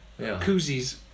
koozies